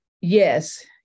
Yes